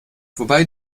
wobei